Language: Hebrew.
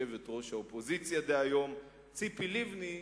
יושבת-ראש האופוזיציה דהיום, ציפי לבני,